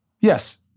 Yes